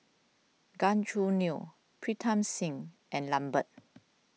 Gan Choo Neo Pritam Singh and Lambert